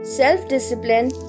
self-discipline